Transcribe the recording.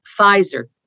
Pfizer